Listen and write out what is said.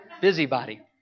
Busybody